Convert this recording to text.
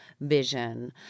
Vision